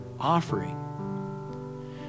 offering